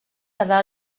quedà